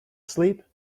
sleep